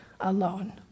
alone